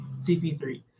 CP3